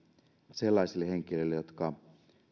sellaisille henkilöille jotka